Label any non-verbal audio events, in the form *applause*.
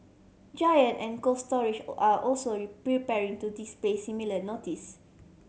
giant and Cold Storage O are also *unintelligible* preparing to display similar notice